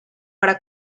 para